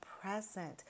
present